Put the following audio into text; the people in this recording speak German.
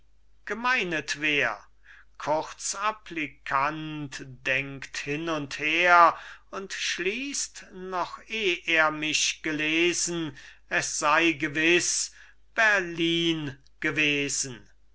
die gemeinet wär kurz applikant denkt hin und her und schließt noch eh er mich gelesen es sei gewiß berlin gewesen